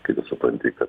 kai tu supanti kad